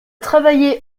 travaillé